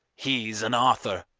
he's an author.